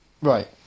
Right